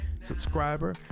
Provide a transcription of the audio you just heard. subscriber